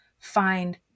find